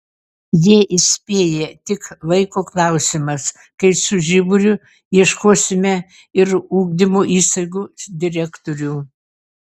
jie įspėja tik laiko klausimas kai su žiburiu ieškosime ir ugdymo įstaigų direktorių